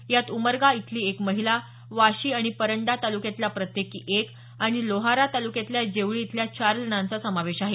यात उमरगा इथली एक महिला वाशी आणि परंडा तालुक्यातला प्रत्येकी एक आणि लोहारा तालुक्यातल्या जेवळी इथल्या चार जणांचा समावेश आहे